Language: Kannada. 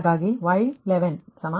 ಹಾಗಾಗಿ Y11 Y12 Y13 Y10